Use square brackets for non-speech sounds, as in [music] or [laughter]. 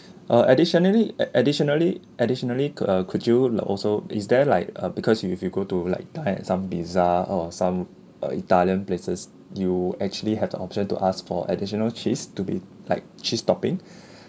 uh additionally ad~ additionally additionally could uh could you uh also is there like uh because you if you go to like to had some pizza or some uh italian places you actually have the option to ask for additional cheese to be like cheese topping [breath]